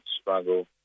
struggle